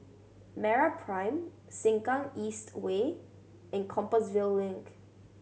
MeraPrime Sengkang East Way and Compassvale Link